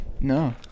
No